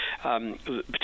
particularly